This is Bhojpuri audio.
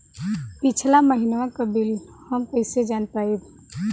पिछला महिनवा क बिल हम कईसे जान पाइब?